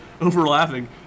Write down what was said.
overlapping